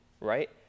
right